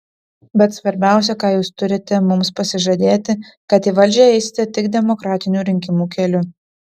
bet svarbiausia ką jūs turite mums pasižadėti kad į valdžią eisite tik demokratinių rinkimų keliu